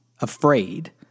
afraid